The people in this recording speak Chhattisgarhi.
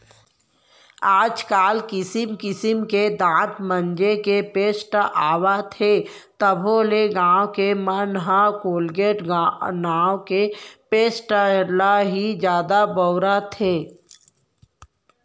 आज काल किसिम किसिम के दांत मांजे के पेस्ट आवत हे तभो ले गॉंव के मन ह कोलगेट नांव के पेस्ट ल ही जादा बउरथे